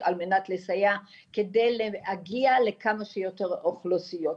על מנת לסייע כדי להגיע לכמה שיותר אוכלוסיות.